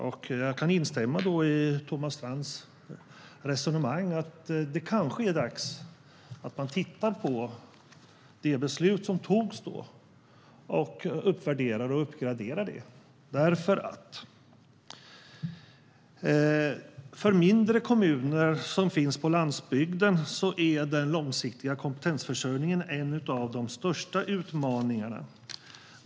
Och jag kan instämma i Thomas Strands resonemang om att det kanske är dags att titta på det beslut som togs då och utvärdera och uppgradera det, därför att för mindre kommuner på landsbygden är den långsiktiga kompetensförsörjningen en av de största utmaningarna.